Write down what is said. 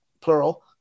plural